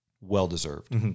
well-deserved